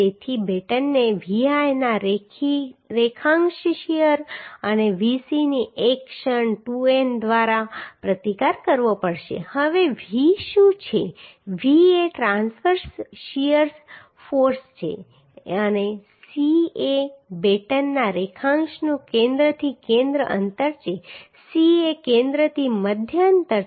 તેથી બેટનને Vl ના રેખાંશ શીયર અને VC ની એક ક્ષણ 2N દ્વારા પ્રતિકાર કરવો પડશે હવે V શું છે V એ ટ્રાંસવર્સ શીયર ફોર્સ છે અને C એ બેટનના રેખાંશનું કેન્દ્રથી કેન્દ્ર અંતર છે C એ કેન્દ્રથી મધ્ય અંતર છે